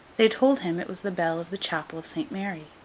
they told him it was the bell of the chapel of saint mary.